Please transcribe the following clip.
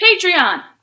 Patreon